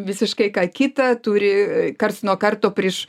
visiškai ką kitą turi a karts nuo karto priš